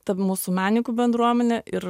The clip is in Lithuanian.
ta mūsų menininkų bendruomenė ir